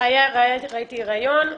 ראיתי נושא הריון,